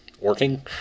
working